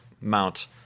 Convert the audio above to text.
mount